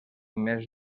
més